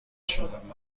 شدند